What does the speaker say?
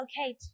okay